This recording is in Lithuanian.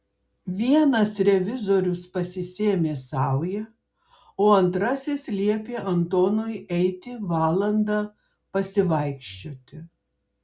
vienas revizorius pasisėmė saują o antrasis liepė antonui eiti valandą pasivaikščioti